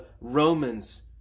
Romans